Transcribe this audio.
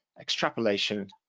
Extrapolation